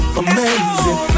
amazing